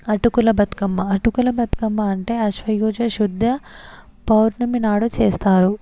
అటుకుల బతుకమ్మ అటుకుల బతుకమ్మ ఆశ్వయుజ శుద్ధ పౌర్ణమి నాడు చేస్తారు